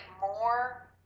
more